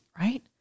right